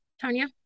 Tanya